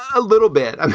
a little bit.